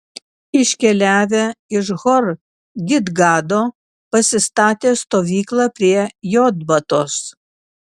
iškeliavę iš hor gidgado pasistatė stovyklą prie jotbatos